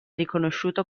riconosciuto